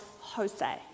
Jose